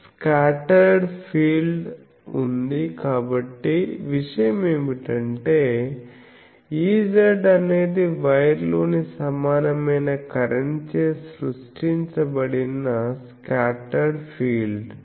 scattered field ఉంది కాబట్టి విషయం ఏమిటంటే Ez అనేది వైర్లోని సమానమైన కరెంట్ చే సృష్టించబడిన స్కాటర్డ్ ఫీల్డ్